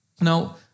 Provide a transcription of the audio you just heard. Now